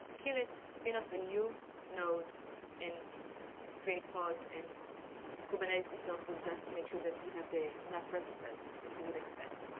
kill it, spin-off a new node and create pods and kubernetes itself would just make sure that you have enough replicas as you would expect.